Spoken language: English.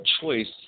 choice